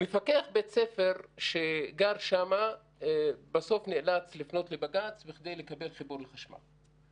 מפקח בית ספר שגר שם בסוף נאלץ לפנות לבג"ץ כדי לקבל חיבור לחשמל.